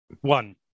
One